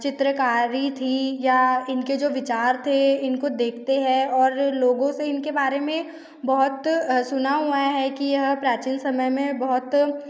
चित्रकारी थी या इनके जो विचार थे इनको देखते हैं और लोगों से इनके बारे में बहुत सुना हुआ है कि यह प्राचीन समय में बहुत